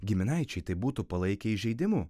giminaičiai tai būtų palaikę įžeidimu